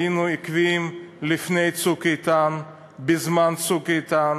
היינו עקביים לפני "צוק איתן", בזמן "צוק איתן",